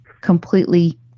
completely